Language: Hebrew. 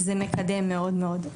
זה מקדם מאוד מאוד.